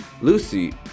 Lucy